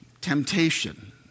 temptation